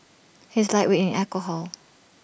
he is A lightweight in alcohol